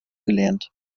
gelernt